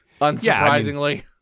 unsurprisingly